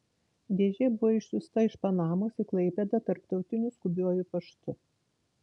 dėžė buvo išsiųsta iš panamos į klaipėdą tarptautiniu skubiuoju paštu